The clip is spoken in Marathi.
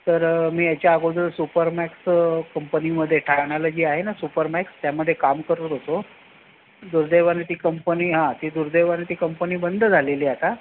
तर मी याच्या अगोदर सुपरमॅक्स कंपनीमध्ये ठाण्याला जी आहे ना सुपरमॅक्स त्यामध्ये काम करत होतो दुर्दैवाने ती कंपनी हां ती दुर्दैवाने ती कंपनी बंद झालेली आहे आता